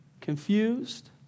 confused